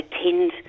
attend